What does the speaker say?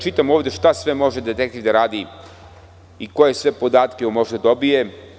Čitam ovde šta sve može detektiv da radi i koje sve podatke može da dobije.